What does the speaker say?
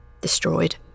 destroyed